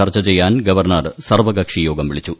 ചർച്ച ചെയ്യാൻ ഗവർണർ സർവ്വക്ക്ഷി യോഗം വിളിച്ചു